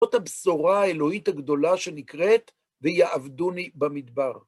זאת הבשורה האלוהית הגדולה שנקראת, ויעבדוני במדבר.